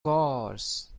course